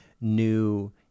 new